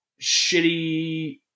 shitty